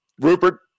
Rupert